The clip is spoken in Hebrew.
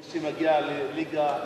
מי שמגיע לליגה אנגלית,